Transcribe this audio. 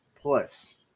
plus